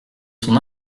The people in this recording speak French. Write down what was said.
son